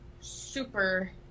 super